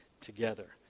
together